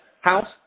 house